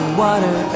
water